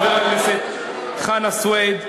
חבר הכנסת אבו עראר וחבר הכנסת חנא סוייד,